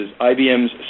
IBM's